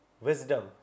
wisdom